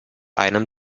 einem